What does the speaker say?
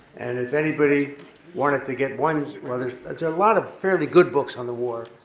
and if anybody wanted to get one, there's a lot of fairly good books on the war,